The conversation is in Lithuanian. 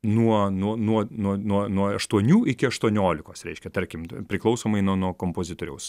nuo nuo nuo nuo nuo nuo aštuonių iki aštuoniolikos reiškia tarkim priklausomai nuo nuo kompozitoriaus